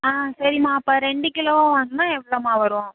ஆ சரிம்மா அப்போ ரெண்டு கிலோவாக வாங்கின்னா எவ்வளோம்மா வரும்